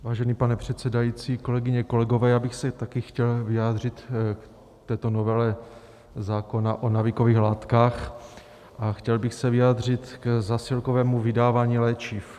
Vážený pane předsedající, kolegyně, kolegové, já bych se také chtěl vyjádřit k této novele zákona o návykových látkách a chtěl bych se vyjádřit k zásilkovému vydávání léčiv.